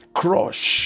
crush